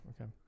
okay